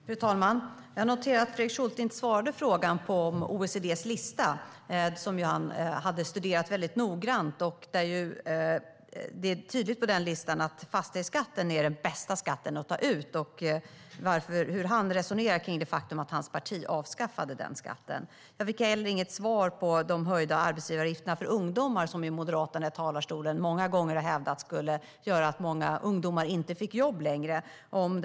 Fru talman! Jag noterade att Fredrik Schulte inte svarade på frågan om OECD:s lista, som han hade studerat väldigt noggrant. På den listan är det tydligt att fastighetsskatten är den bästa skatten att ta ut. Det skulle vara intressant att höra hur Fredrik Schulte resonerar kring det faktum att hans parti avskaffade den skatten. Jag fick heller inget svar angående höjningen av arbetsgivaravgifterna för ungdomar. Moderaterna har i talarstolen många gånger hävdat att den skulle göra att många ungdomar inte längre skulle få jobb.